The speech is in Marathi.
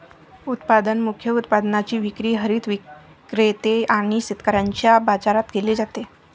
उत्पादन मुख्य उत्पादनाची विक्री हरित विक्रेते आणि शेतकऱ्यांच्या बाजारात केली जाते